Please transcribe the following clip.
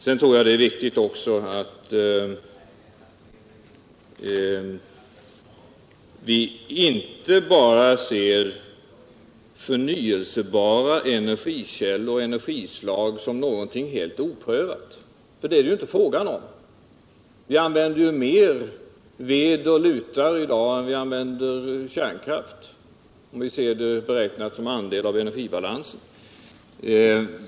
Sedan tror jag att det är viktigt att vi gör klart för oss att förnyelsebara energikällor inte är någonting oprövat. Vi använder ju mer ved och lutar i dag än vi använder kärnkraft. om vi ser det som andelar i energibalansen.